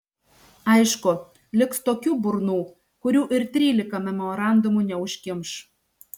aišku liks tokių burnų kurių ir trylika memorandumų neužkimš